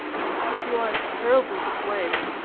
i feel i am terribly to blame,